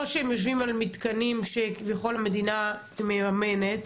או שהם יושבים על מתקנים שכביכול המדינה מממנת,